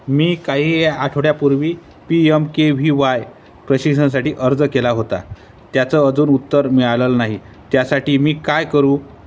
मी काही या आठवड्यापूर्वी P M K V Y प्रशिक्षणासाठी अर्ज केला होता त्याचं अजून उत्तर मिळालेलं नाही त्यासाठी मी काय करू